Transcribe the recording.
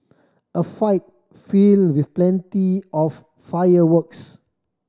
a fight filled with plenty of fireworks